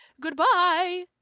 Goodbye